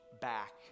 back